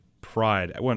pride